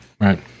Right